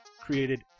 created